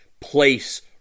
place